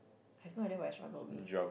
have no idea what I struggled with